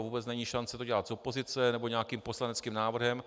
Vůbec není šance to dělat z opozice nebo nějakým poslaneckým návrhem.